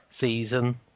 season